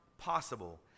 possible